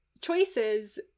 choices